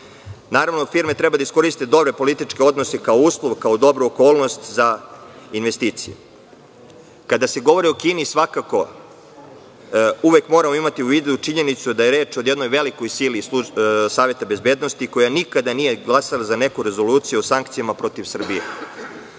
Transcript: Naravno, firme treba da iskoriste dobre političke odnose kao uslov, kao dobru okolnost za investicije. Kada se govori o Kini, uvek moramo imati u vidu činjenicu da je reč o jednoj velikoj sili SB, koja nikada nije glasala za neku rezoluciju o sankcijama protiv Srbije.